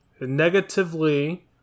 negatively